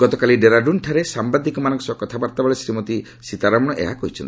ଗତକାଲି ଡେରାଡୂନ୍ଠାରେ ସାମ୍ଭାଦିକମାନଙ୍କ ସହ କଥାବାର୍ତ୍ତାବେଳେ ଶ୍ରୀମତୀ ସୀତାରମଣ ଏହା କହିଛନ୍ତି